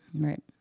Right